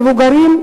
מבוגרים,